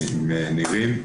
המתנה של כ-70 נערים.